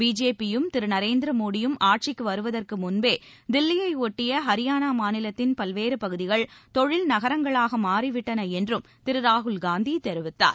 பிஜேபியும் திரு நரேந்திர மோடியும் ஆட்சிக்கு வருவதற்கு முன்பே தில்லியை ஒட்டிய ஹரியானா மாநிலத்தின் பல்வேறு பகுதிகள் தொழில் நகரங்களாக மாறி விட்டன என்றும் திரு ராகுல்காந்தி தெரிவித்தார்